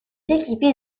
équipé